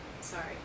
Sorry